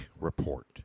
report